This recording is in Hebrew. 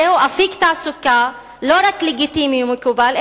זהו אפיק תעסוקה לא רק לגיטימי ומקובל,